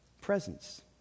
presence